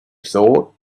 thought